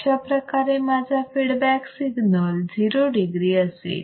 अशाप्रकारे माझा feedback signal 0 degree असेल